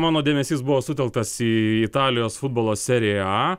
mano dėmesys buvo sutelktas į italijos futbolo seriją a